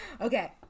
okay